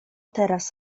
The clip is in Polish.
teraz